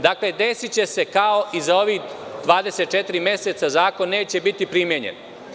Dakle, desiće se kao i za ovih 24 meseca, zakon neće biti primenjen.